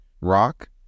ROCK